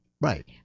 Right